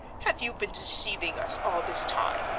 have you been deceiving us all this time?